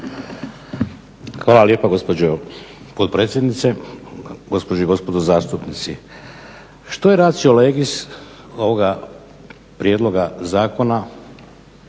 Hvala lijepo gospođo potpredsjednice. Gospođe i gospodo zastupnici. Što je ratio legis ovoga prijedloga zakona,